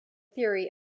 theory